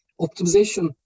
optimization